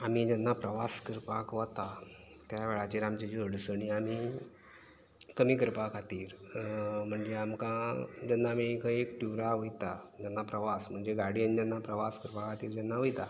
आमी जेन्ना प्रवास करपाक वता त्या वेळाचेर आमची ज्यो अडचणी आमी कमी करपा खातीर म्हणजे आमकां जेन्ना आमी खंय एक टुरा वयता जेन्ना प्रवास म्हणजे गाडयेन जेन्ना प्रवास करपा खातीर जेन्ना वयता